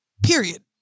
Period